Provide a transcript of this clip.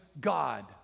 God